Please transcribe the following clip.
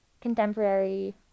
contemporary